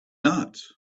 not